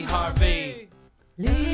Harvey